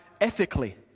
ethically